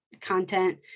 content